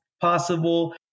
possible